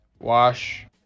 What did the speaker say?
Wash